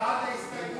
רוברט אילטוב